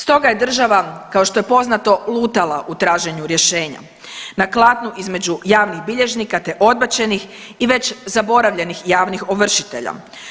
Stoga je država kao što je poznato lutala u traženju rješenja na … [[Govornik se ne razumije]] između javnih bilježnika, te odbačenih i već zaboravljenih javnih ovršitelja.